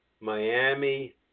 Miami